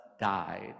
died